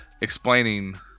explaining